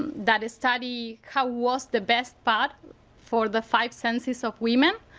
and that a study how was the best but for the five senses of women.